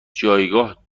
جایگاه